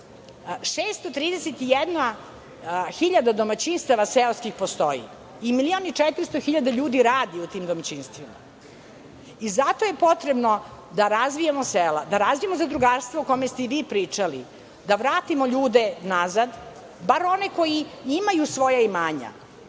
hiljada domaćinstava seoskih postoji i milion i 400 hiljada ljudi radi u tim domaćinstvima. Zato je potrebno da razvijamo sela, da razvijamo zadrugarstva o kome ste i vi pričali. Da vratimo ljude nazad, barem one koji imaju svoja imanja.